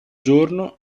giorno